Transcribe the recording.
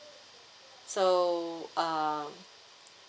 so uh